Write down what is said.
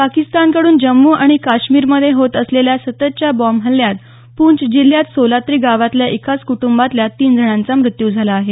पाकिस्तानकडून जम्मू आणि काश्मीरमध्ये होत असलेल्या सततच्या बॉम्बहल्यात पूंछ जिल्ह्यात सोलात्री गावातल्या एकाच कुटुंबातल्या तीन जणांचा मृत्यू झाला आहे